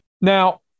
Now